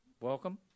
Welcome